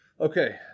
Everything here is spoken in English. Okay